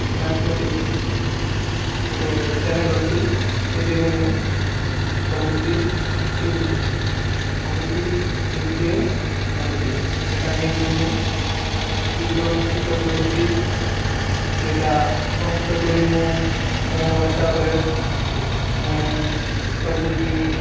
mathematic ଗୋଟେ channel ଅଛି ସେଇଥିରେ ମୁଁ ସବୁକିଛି ଶିଖୁଛି ଆଉ ଟିପ୍ ସେଇଥିରେ ନେଉଛି ସେଇଟା ନେଇକରି ମୁଁ ଚିତ୍ର ଅଙ୍କିତ କରୁଛି ସେଇଟା ଅଙ୍କିତ କରି ମୁଁ ମୋ ହିସାବରେ ମୁଁ ସବୁକିଛି